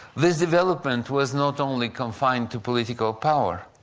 this development was not only confined to political power,